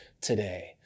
today